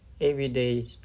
Everyday